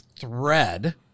thread